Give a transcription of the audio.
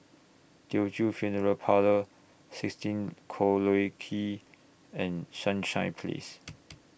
Teochew Funeral Parlour sixteen Collyer Quay and Sunshine Place